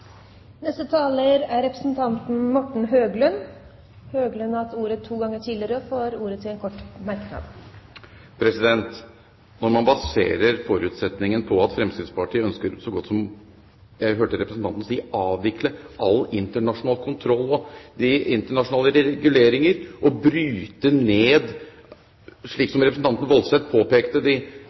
Representanten Morten Høglund har hatt ordet to ganger tidligere og får ordet til en kort merknad, begrenset til 1 minutt. Når man baserer forutsetningen på at Fremskrittspartiet ønsker så godt som å avvikle – hørte jeg representanten si – den internasjonale kontroll og de internasjonale reguleringer som representanten Woldseth var inne på, og bryte ned de ulike organisasjonenes evne til å takle de